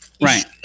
Right